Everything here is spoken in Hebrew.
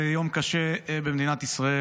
זה יום קשה במדינת ישראל.